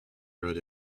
road